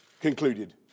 concluded